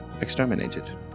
exterminated